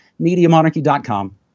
mediamonarchy.com